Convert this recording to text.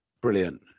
Brilliant